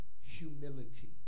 humility